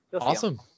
Awesome